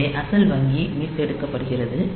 எனவே அசல் வங்கி மீட்டெடுக்கப்படுகிறது